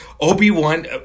Obi-Wan